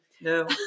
No